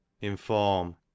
inform